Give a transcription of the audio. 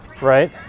Right